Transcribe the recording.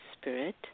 spirit